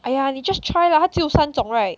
!aiya! 你 just try lah 他只有三种 right